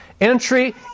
entry